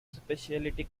specialty